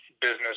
business